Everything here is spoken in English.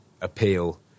appeal